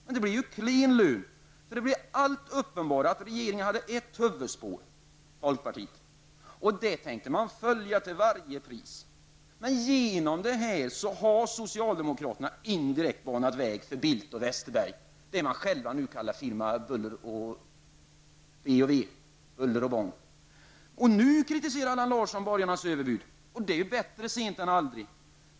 Men lönen blev klen, eftersom det blev allt uppenbarare att regeringen hade ett huvudspår, folkpartiet, och att man tänkte följa det till varje pris. Genom detta har socialdemokraterna indirekt banat väg för Bildt och Westerberg. Det man själva nu kallar för firma B & W, eller Buller och Bång. Nu kritiserar Allan Larsson borgarnas överbud, och det är bättre sent än aldrig.